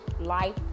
life